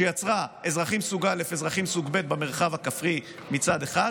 שיצרה אזרחים סוג א' ואזרחים סוג ב' במרחב הכפרי מצד אחד,